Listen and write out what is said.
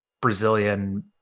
Brazilian